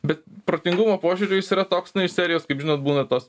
bet protingumo požiūriu jis yra toks na iš serijos kaip žinot būna tos